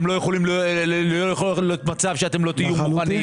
לא יכול להיות מצב שאתם לא תהיו מוכנים.